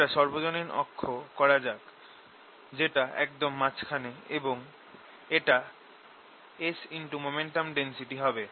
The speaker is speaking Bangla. একটা সর্বজনীন অক্ষ করা যাক যেটা একদম মাঝখানে এবং এটা S×momentum density হবে